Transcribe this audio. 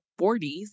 40s